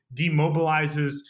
demobilizes